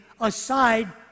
aside